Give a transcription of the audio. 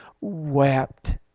wept